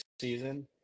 season